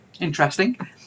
interesting